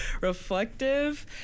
reflective